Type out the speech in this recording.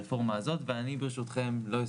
ורוב הרשויות היום בגירעון אדיר,